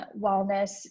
wellness